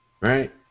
right